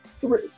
three